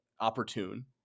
opportune